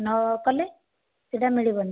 ନ କଲେ ସେଇଟା ମିଳିବନି